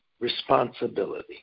responsibility